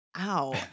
ow